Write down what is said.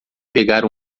pegar